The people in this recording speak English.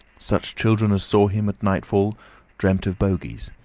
such children as saw him at nightfall dreamt of bogies,